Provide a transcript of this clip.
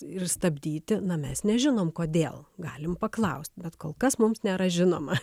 ir stabdyti na mes nežinom kodėl galim paklausti bet kol kas mums nėra žinoma